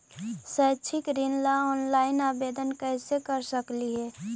शैक्षिक ऋण ला ऑनलाइन आवेदन कैसे कर सकली हे?